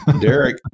Derek